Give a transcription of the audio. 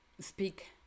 speak